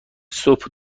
صبح